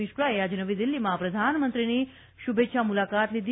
મિશ્રાએ આજે નવી દીલ્હીમાં પ્રધાનમંત્રીની શુભેચ્છા મૂલાકાત લીધી